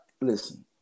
listen